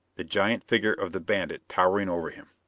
the giant figure of the bandit towering over him.